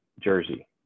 jersey